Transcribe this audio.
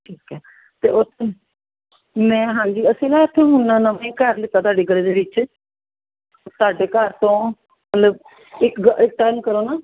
ਠੀਕ ਹੈ ਅਤੇ ਉਥੇ ਮੈਂ ਹਾਂਜੀ ਅਸੀਂ ਨਾ ਇੱਥੇ ਹੁਣ ਨਵਾਂ ਹੀ ਘਰ ਲਿੱਤਾ ਤੁਹਾਡੀ ਗਲੀ ਦੇ ਵਿੱਚ ਤੁਹਾਡੇ ਘਰ ਤੋਂ ਮਤਲਵ ਇੱਕ ਇੱਕ ਟਰਨ ਕਰੋ ਨਾ